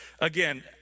again